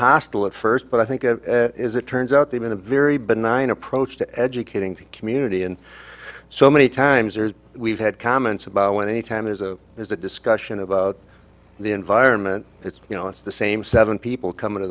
hostile at first but i think it is it turns out they've been a very benign approach to educating to community and so many times we've had comments about when any time there's a there's a discussion about the environment it's you know it's the same seven people coming to